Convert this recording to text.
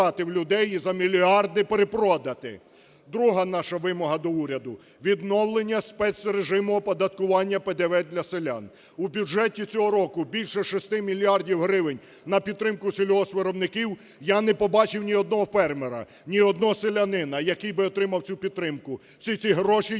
Друга наша вимога до уряду. Відновлення спецрежиму оподаткування ПДВ для селян. У бюджеті цього року більше 6 мільярдів гривень на підтримку сільгоспвиробників, я не побачив ні одного фермера, ні одного селянина, який би отримав цю підтримку. Всі ці гроші